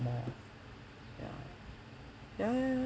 mall ya ya ya ya~